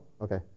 okay